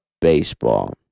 Baseball